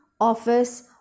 office